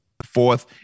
fourth